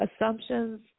Assumptions